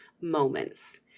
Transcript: moments